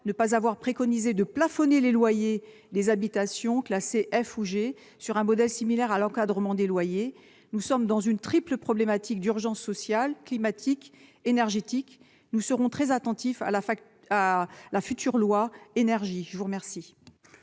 ne pas avoir préconisé le plafonnement des loyers des habitations classées F ou G, sur un modèle similaire à celui de l'encadrement des loyers ? Nous sommes dans une triple problématique d'urgence sociale, climatique et énergétique ; nous serons très attentifs à la future loi relative à l'énergie.